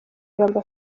amb